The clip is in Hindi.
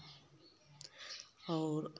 और